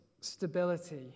stability